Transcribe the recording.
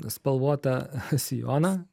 spalvotą sijoną